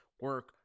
Work